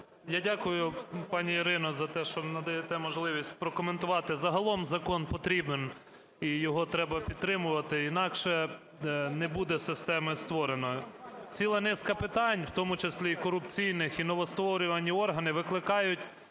Я дякую, пані Ірино, за те, що надаєте можливість прокоментувати. Загалом закон потрібен і його треба підтримувати, інакше не буде системи створено. Ціла низка питань, в тому числі і корупційних, і новостворювані органи викликають